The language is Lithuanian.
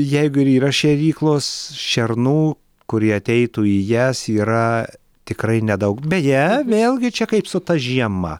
jeigu ir yra šėryklos šernų kurie ateitų į jas yra tikrai nedaug beje vėlgi čia kaip su ta žiema